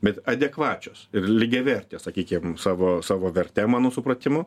bet adekvačios ir lygiavertės sakykim savo savo verte mano supratimu